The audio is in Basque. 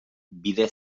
bide